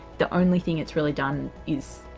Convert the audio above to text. the only thing it's really done is.